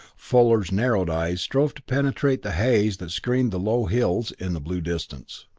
fuller's narrowed eyes strove to penetrate the haze that screened the low hills in the blue distance.